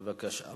בבקשה,